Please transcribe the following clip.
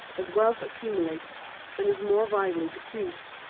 as wealth accumulates and is more widely diffused,